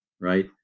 right